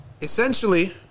essentially